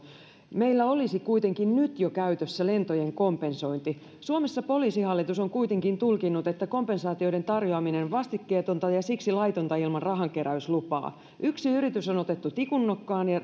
meillä olisi kuitenkin nyt jo käytössä lentojen kompensointi suomessa poliisihallitus on kuitenkin tulkinnut että kompensaatioiden tarjoaminen on vastikkeetonta ja siksi laitonta ilman rahankeräyslupaa yksi yritys on otettu tikun nokkaan ja